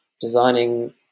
designing